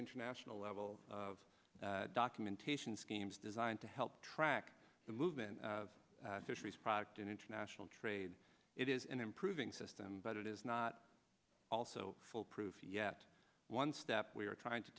international level of documentation schemes designed to help track the movement of fisheries product and international trade it is an improving system but it is not also full proof yet one step we are trying to